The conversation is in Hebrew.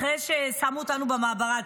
אחרי ששמו אותנו במעברה,